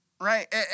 right